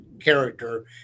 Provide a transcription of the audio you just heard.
character